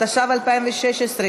התשע"ו 2016,